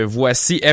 voici